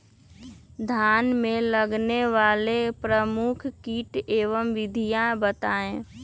धान में लगने वाले प्रमुख कीट एवं विधियां बताएं?